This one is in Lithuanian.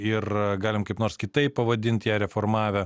ir galim kaip nors kitaip pavadint ją reformavę